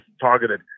targeted